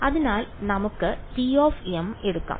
അതിനാൽ നമുക്ക് tm എടുക്കാം